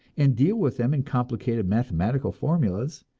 and deal with them in complicated mathematical formulas,